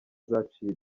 zaciye